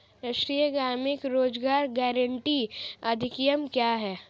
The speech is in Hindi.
राष्ट्रीय ग्रामीण रोज़गार गारंटी अधिनियम क्या है?